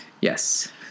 yes